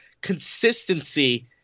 consistency